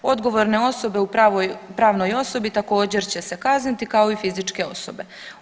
Odgovorne osobe u pravnoj osobi također će se kazniti kao i fizičke osobe.